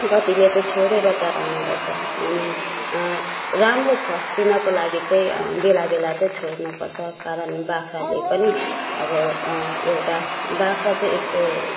कतिले चाहिँ छोडेर चराउने गर्छ अनि राम्रो फस्टिनको लागि चाहिँ बेलाबेला चाहिँ छोड्नपर्छ कारण बाख्राले पनि अब एउटा बाख्रा चाहिँ यस्तो